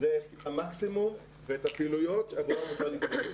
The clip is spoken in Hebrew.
זה את המקסימום ואת הפעילויות שעבורן מותר לגבות.